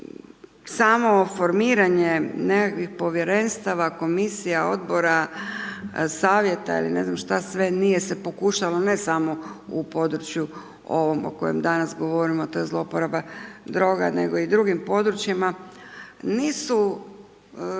samo formiranje nekakvih povjerenstava, komisija, odbora, savjeta ili ne znam što sve nije se pokušalo ne samo u području ovom o kojem danas govorimo a to je zlouporaba droga, nego i o drugim područjima, nisu